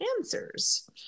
answers